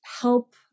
help